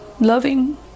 loving